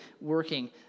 working